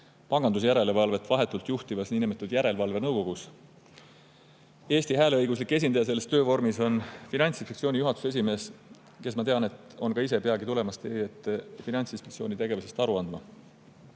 pangandusjärelevalvet vahetult juhtivas niinimetatud järelevalvenõukogus. Eesti hääleõiguslik esindaja selles töövormis on Finantsinspektsiooni juhatuse esimees, kes, ma tean, tuleb peagi teie ette Finantsinspektsiooni tegevusest aru andma.